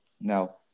Now